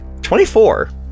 24